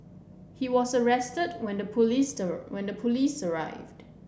he was arrested when the police when the police arrived